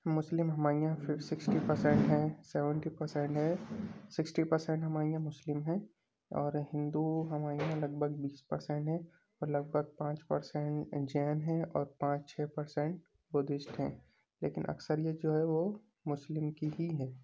مسلم ہمارے یہاں sixty percent ہیں سیونٹی پرسینٹ ہیں سکسٹی پرسینٹ ہمارے یہاں مسلم ہیں اور ہندو ہمارے یہاں لگ بھگ بیس پرسینٹ ہیں اور لگ بھگ پانچ پرسینٹ جین ہیں اور پانچ چھ پرسینٹ بدھسٹ ہیں لیکن اکثریت جو ہے وہ مسلم کی ہی ہے